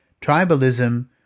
Tribalism